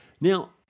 Now